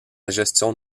gestion